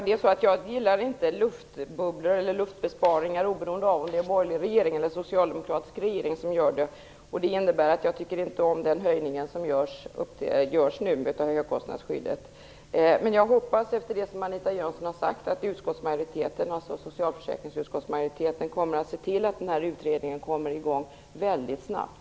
Fru talman! Jag gillar inte luftbesparingar, oberoende om det är en borgerlig eller socialdemokratisk regering som står bakom. Det innebär att jag inte tycker om den höjning som görs nu av högkostnadsskyddet. Jag hoppas att utskottsmajoriteten i socialförsäkringsutskottet, efter det Anita Jönsson har sagt här, kommer att se till att utredningen påbörjas snabbt.